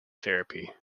therapy